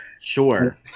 Sure